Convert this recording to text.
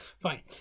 Fine